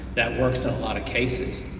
that works in a lot of cases.